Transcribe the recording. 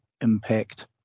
impact